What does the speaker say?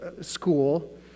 school